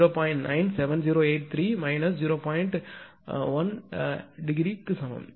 1 ° ஆகும்